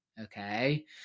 Okay